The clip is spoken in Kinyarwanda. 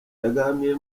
yaganiriye